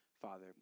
Father